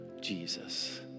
Jesus